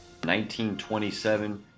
1927